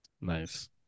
Nice